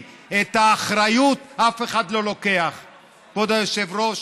רוצים לקרוא לה בשמה,